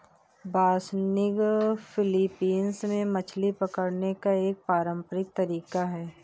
बासनिग Philippines में मछली पकड़ने का एक पारंपरिक तरीका है